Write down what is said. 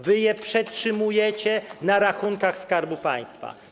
Wy je przetrzymujecie na rachunkach Skarbu Państwa.